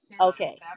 okay